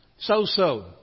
so-so